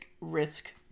risk